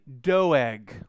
Doeg